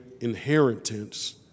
inheritance